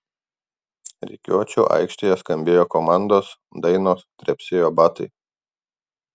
rikiuočių aikštėje skambėjo komandos dainos trepsėjo batai